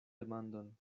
demandon